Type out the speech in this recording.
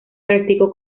practicó